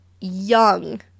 young